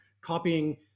copying